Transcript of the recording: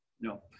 No